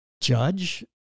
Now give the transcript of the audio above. judge